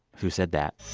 who said that